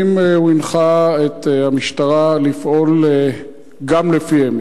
האם הוא הנחה את המשטרה לפעול גם לפיהן?